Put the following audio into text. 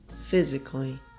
physically